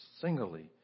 singly